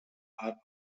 are